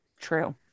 True